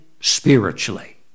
spiritually